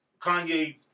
Kanye